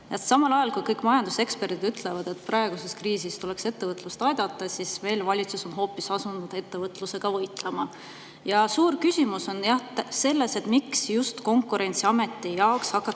Samal ajal kui kõik majanduseksperdid ütlevad, et praeguses kriisis tuleks ettevõtlust aidata, on meie valitsus hoopis asunud ettevõtlusega võitlema. Suur küsimus on selles, miks just Konkurentsiameti jaoks hakatakse